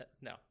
No